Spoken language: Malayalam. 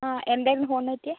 ആ എന്തായിരുന്നു ഫോണിന് പറ്റിയത്